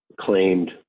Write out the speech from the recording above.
claimed